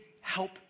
help